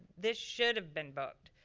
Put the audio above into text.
this should have been booked.